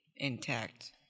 intact